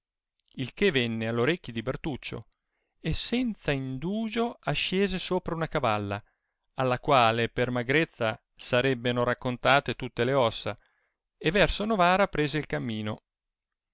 il che venne all orecchi di bertuccio e senza indugio ascese sopra una cavalla alla quale per magrezza s'arrebbeno raccontate tutte le ossa e verso novara prese il cammino